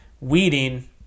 weeding